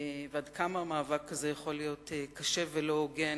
ועד כמה מאבק כזה יכול להיות קשה ולא הוגן